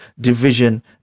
division